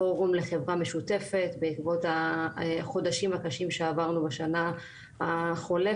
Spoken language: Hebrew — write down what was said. פורום לחברה משותפת בעקבות החודשים הקשים שעברנו בשנה החולפת,